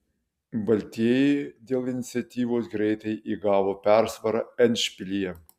baltieji dėl iniciatyvos greitai įgavo persvarą endšpilyje